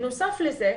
בנוסף לזה,